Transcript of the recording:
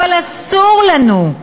אבל אסור לנו,